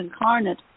incarnate